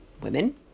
women